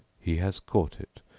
he has caught it,